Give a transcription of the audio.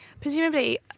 Presumably